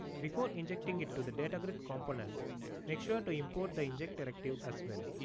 before injecting it to the data grid component make sure to import the inject directive as well.